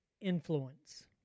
influence